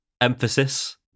Emphasis